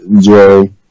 Jerry